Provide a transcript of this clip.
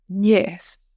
Yes